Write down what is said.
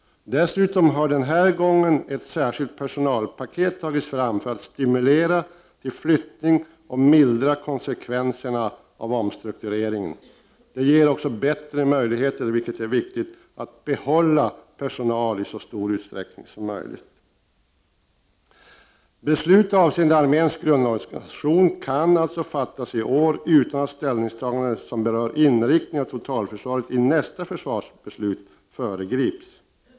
Dessutom har denna gång ett särskilt personalpaket tagits fram för att stimulera flyttning och mildra konsekvenserna av omstruktureringen. Det ger också bättre möjligheter, vilket är viktigt, att bibehålla personal i så stor utsträckning som möjligt. Beslut avseende arméns grundorganisation kan fattas i år utan att därmed föregripa ställningstaganden som berör inriktningen av totalförsvaret i nästa försvarsbeslut.